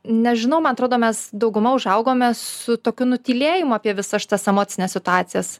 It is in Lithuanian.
nežinau man atrodo mes dauguma užaugome su tokiu nutylėjimu apie visas šitas emocines situacijas